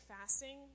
fasting